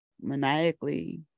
maniacally